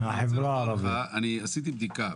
אני עשיתי בדיקה.